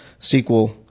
SQL